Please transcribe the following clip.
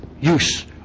use